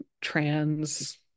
trans